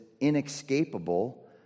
inescapable